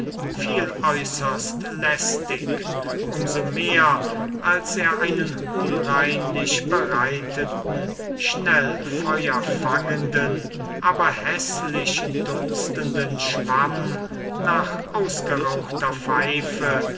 fiel äußerst lästig um so mehr als er einen unreinlich bereiteten schnell feuer fangenden aber häßlich dunstenden schwamm nach ausgerauchter pfeife